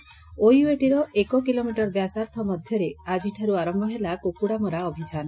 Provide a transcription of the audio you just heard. ଓୟଏଟିର ଏକକିଲୋମିଟର ବ୍ୟାସାର୍ବ୍ଧ ମଧ୍ଧରେ ଆଜିଠାର୍ଚ ଆରମ୍ ହେଲା କୁକୁଡ଼ାମରା ଅଭିଯାନ